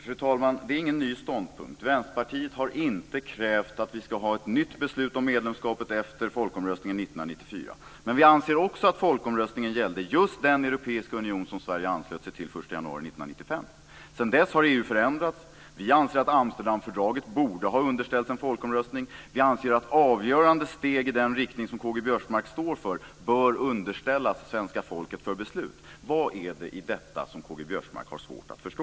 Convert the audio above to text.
Fru talman! Det är ingen ny ståndpunkt. Vänsterpartiet har inte krävt att vi ska ha ett nytt beslut om medlemskapet efter folkomröstningen 1994. Men vi anser också att folkomröstningen gällde just den europeiska union som Sverige anslöt sig till den 1 januari 1995. Sedan dess har EU förändrats. Vi anser att Amsterdamfördraget borde ha underställts en folkomröstning. Vi anser att avgörande steg i den riktning som Karl-Göran Biörsmark står för bör underställas svenska folket för beslut. Vad är det i detta som Karl-Göran Biörsmark har svårt att förstå?